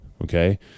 Okay